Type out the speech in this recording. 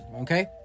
okay